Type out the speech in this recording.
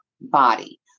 body